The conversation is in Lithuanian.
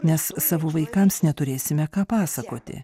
nes savo vaikams neturėsime ką pasakoti